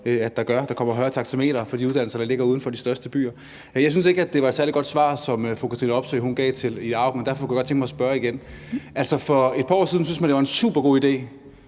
Der kommer et højere taxameter for de uddannelser, der ligger uden for de største byer. Men jeg synes ikke, at det var et særlig godt svar, som fru Katrine Robsøe gav til fru Ida Auken, og derfor kunne jeg godt tænke mig at spørge om noget igen. For et par år siden syntes man jo, fordi man hed